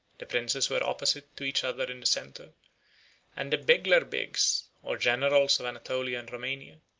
the princes were opposite to each other in the centre and the beglerbegs, or generals of anatolia and romania,